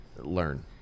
learn